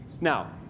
Now